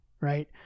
Right